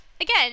again